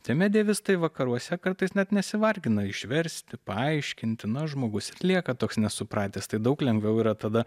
tai medievistai vakaruose kartais net nesivargina išversti paaiškinti na žmogus lieka toks nesupratęs tai daug lengviau yra tada